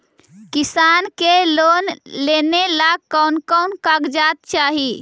किसान के लोन लेने ला कोन कोन कागजात चाही?